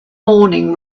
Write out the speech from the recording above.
morning